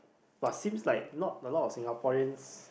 but seems like not a lot of Singaporeans